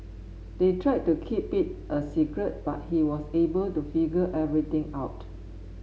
they tried to keep it a secret but he was able to figure everything out